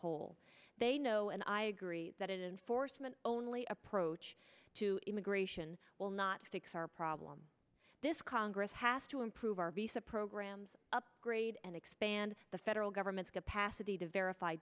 whole they know and i agree that it enforcement only approach to immigration will not fix our problem this congress has to improve our be subprograms upgrade and expand the federal government's capacity to verify